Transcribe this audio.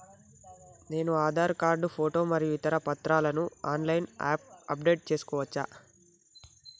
నేను Aadhaar card photo మరియు ఇతర పత్రాలను ఆన్ లైన్ అప్ డెట్ చేసుకోవచ్చా?